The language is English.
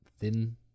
Thin